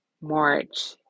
March